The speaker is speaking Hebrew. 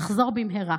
נחזור במהרה.